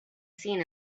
seen